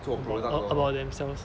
a~ about themselves